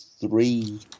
three